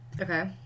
Okay